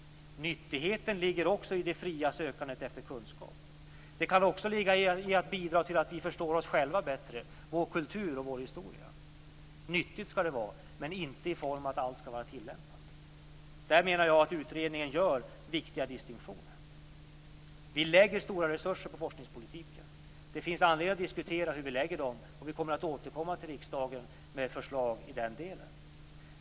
Nyttigheten ligger också i det fria sökandet efter kunskap. Den kan också ligga i att bidra till att vi förstår oss själva bättre, vår kultur och vår historia. Nyttigt skall det vara, men inte i form av att allt skall vara tillämpat. Där menar jag att utredningen gör viktiga distinktioner. Vi lägger stora resurser på forskningspolitiken. Det finns anledning att diskutera hur vi lägger dem, och vi kommer att återkomma till riksdagen med förslag i den delen.